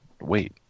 wait